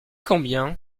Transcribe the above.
combien